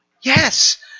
Yes